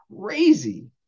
crazy